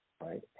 right